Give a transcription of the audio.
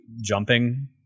jumping